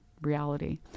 reality